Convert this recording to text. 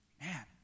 Man